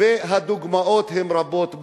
והדוגמאות הן רבות.